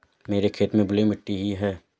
मेरे खेत में बलुई मिट्टी ही है